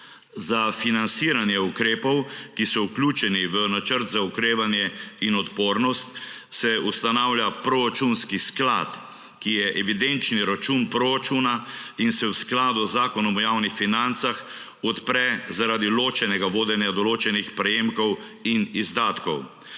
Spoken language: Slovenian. Za financiranje ukrepov, ki so vključeni v Načrt za okrevanje in odpornost se ustanavlja proračunski sklad, ki je evidenčni račun proračuna in se v skladu z Zakonom o javnih financah odpre zaradi ločenega vodenja določenih prejemkov in izdatkov.